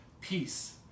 peace